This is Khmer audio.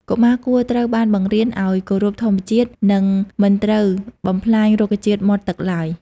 កុមារគួរត្រូវបានបង្រៀនឱ្យ គោរពធម្មជាតិ និងមិនត្រូវបំផ្លាញរុក្ខជាតិមាត់ទឹកឡើយ។